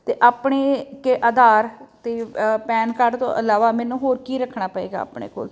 ਅਤੇ ਆਪਣੇ ਇੱਕ ਆਧਾਰ ਅਤੇ ਪੈਨ ਕਾਰਡ ਤੋਂ ਇਲਾਵਾ ਮੈਨੂੰ ਹੋਰ ਕੀ ਰੱਖਣਾ ਪਵੇਗਾ ਆਪਣੇ ਕੋਲ